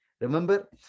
Remember